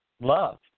love